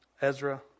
Ezra